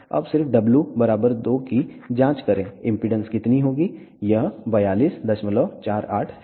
अब सिर्फ w बराबर 2 की जाँच करें इम्पीडेन्स कितनी होगी यह 4248 है